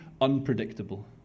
unpredictable